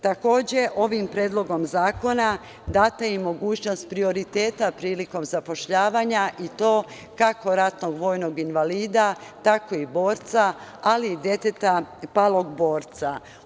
Takođe, ovim Predlogom zakona data je i mogućnost prioriteta prilikom zapošljavanja, i to kako ratnog vojnog invalida, tako i borca, ali i deteta palog borca.